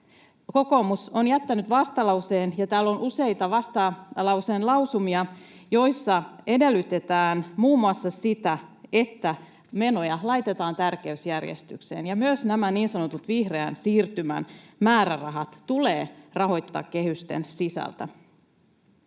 Kokoomus on jättänyt vastalauseen, ja täällä on useita vastalauseen lausumia, joissa edellytetään muun muassa sitä, että menoja laitetaan tärkeysjärjestykseen, ja myös nämä niin sanotut vihreän siirtymän määrärahat tulee rahoittaa kehysten sisältä.